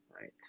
Right